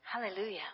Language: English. Hallelujah